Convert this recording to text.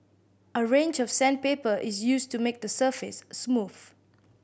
a range of sandpaper is used to make the surface smooth